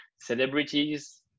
celebrities